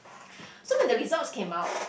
so when the results came out